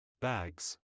bags